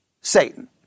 Satan